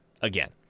again